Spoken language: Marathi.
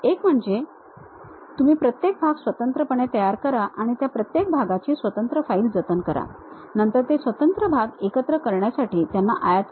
एक म्हणजे तुम्ही प्रत्येक भाग स्वतंत्रपणे तयार करा आणि त्या प्रत्येक भागाची स्वतंत्र फाईल जतन करा नंतर ते स्वतंत्र भाग एकत्र करण्यासाठी त्यांना आयात करा